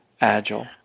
Agile